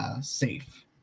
safe